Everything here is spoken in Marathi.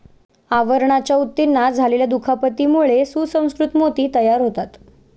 आवरणाच्या ऊतींना झालेल्या दुखापतीमुळे सुसंस्कृत मोती तयार होतात